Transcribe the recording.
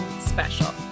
special